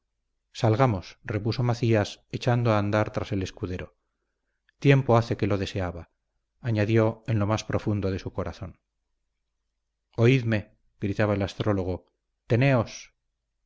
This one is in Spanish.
salgamos salgamos repuso macías echando a andar tras el escudero tiempo hace que lo deseaba añadió en lo más profundo de su corazón oídme gritaba el astrólogo teneos